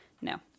no